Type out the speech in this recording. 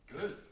Good